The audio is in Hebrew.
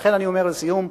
לכן, לסיום,